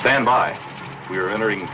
standby we're entering